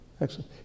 Excellent